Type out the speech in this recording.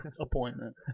appointment